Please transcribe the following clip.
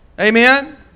Amen